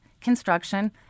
construction